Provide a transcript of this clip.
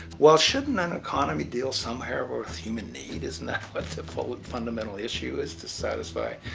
well, shouldn't an economy deal somewhere with human need. isn't that what the fundamental issue is to satisfy